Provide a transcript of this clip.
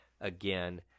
again